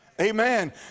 Amen